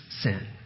sin